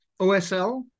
OSL